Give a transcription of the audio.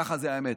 זאת האמת.